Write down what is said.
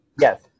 Yes